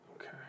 Okay